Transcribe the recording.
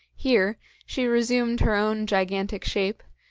here she resumed her own gigantic shape,